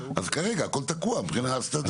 אז, כרגע, הכול תקוע מבחינה סטטוטורית.